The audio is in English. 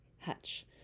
hutch